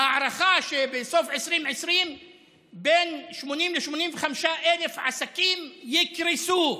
הערכה שבסוף 2020 בין 80,000 ל-85,000 עסקים יקרסו,